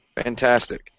Fantastic